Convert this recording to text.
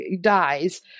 dies